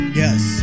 yes